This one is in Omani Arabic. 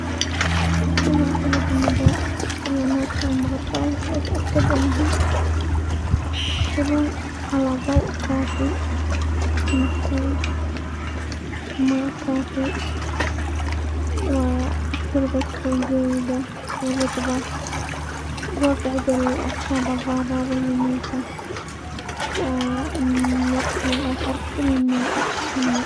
عشان اعتني النبات في الاماكن المغطاة اول شي اتأكد انهم يحصلون على ضوء كافي من الشمس، وماء كافي، والتربة تكون جيدة ورطبة، وببعد الاعشاب الضارة والمميتة، و وقت للاخر كل ما تنمو.